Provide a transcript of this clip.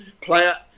player